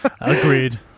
Agreed